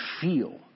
feel